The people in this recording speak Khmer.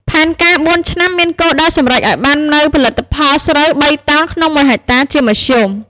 ផែនការបួនឆ្នាំមានគោលដៅសម្រេចឱ្យបាននូវផលិតផលស្រូវបីតោនក្នុងមួយហិកតាជាមធ្យម ។